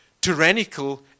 tyrannical